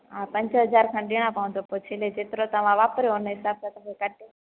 हा पंज हज़ार खन ॾियणा पवंदव पो छिले जेतरो तव्हां वापरयो हुन हिसाब सां तव्हांजो कटे